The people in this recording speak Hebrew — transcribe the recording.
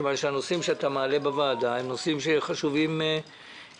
מכיוון שהנושאים שאתה מעלה בוועדה הם נושאים שחשובים לנו,